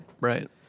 right